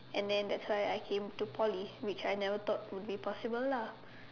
and then that's why I came to Poly which I never thought would be possible lah